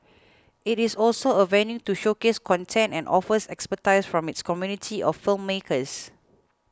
it is also a venue to showcase content and offers expertise from its community of filmmakers